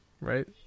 right